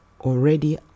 already